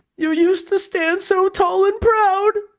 you used to stand so tall and proud.